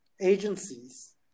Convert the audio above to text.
agencies